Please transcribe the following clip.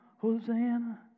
Hosanna